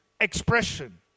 expression